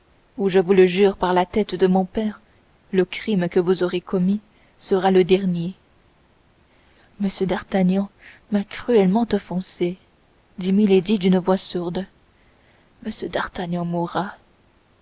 ou je vous le jure par la tête de mon père le crime que vous aurez commis sera le dernier m d'artagnan m'a cruellement offensée dit milady d'une voix sourde m d'artagnan mourra